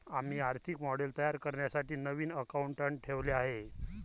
आम्ही आर्थिक मॉडेल तयार करण्यासाठी नवीन अकाउंटंट ठेवले आहे